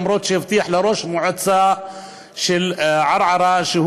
אף-על-פי שהבטיח לראש מועצת ערערה שהוא